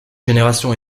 génération